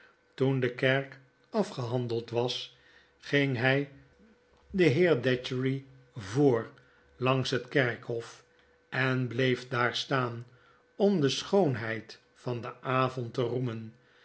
toen de kerk afgehandeld was ging hy den heer datchery voor langs het kerkhof en bleef daar staan om de schoonheid van den avond te